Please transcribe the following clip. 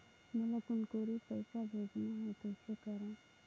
मोला कुनकुरी पइसा भेजना हैं, कइसे करो?